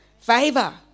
Favor